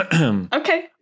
Okay